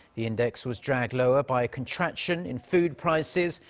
the index was dragged lower by a contraction in food prices,